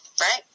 right